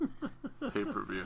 pay-per-view